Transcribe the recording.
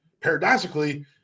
paradoxically